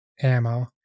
ammo